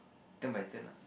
turn my turn lah